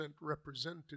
represented